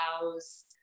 allows